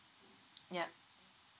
yup